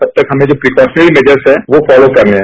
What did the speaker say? तब तक हमें जो प्रिकोसिंग मेजर्स है वो फोलो करने हैं